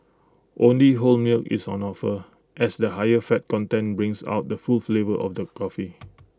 only whole milk is on offer as the higher fat content brings out the full flavour of the coffee